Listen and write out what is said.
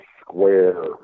square